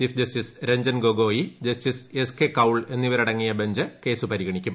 chief justice Ranjan Gogoi justice S K Kaul എന്നിവരടങ്ങിയ bench case പരിഗണിക്കും